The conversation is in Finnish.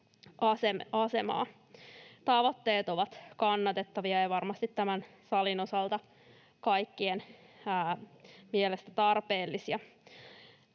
Tavoitteet ovat kannatettavia ja varmasti tämän salin osalta kaikkien mielestä tarpeellisia.